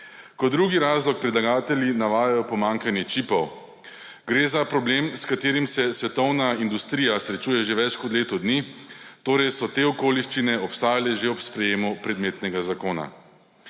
Kot drugi razlog predlagatelji navajajo pomanjkanje čipov. Gre za problem, s katerim se svetovna industrija srečuje že več kot leto dni, torej so te okoliščine obstajale že ob sprejemu predmetnega zakona.